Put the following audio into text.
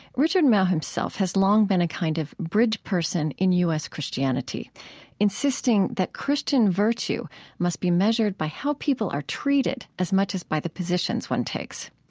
richard mouw himself has long been a kind of bridge person in u s. christianity insisting that christian virtue must be measured by how people are treated as much as by the positions one takes.